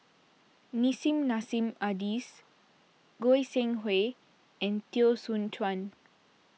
Nissim Nassim Adis Goi Seng Hui and Teo Soon Chuan